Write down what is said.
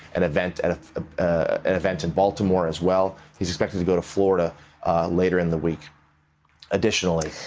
an event and ah an event in baltimore as well. he's expected to go to florida later in the week additionally.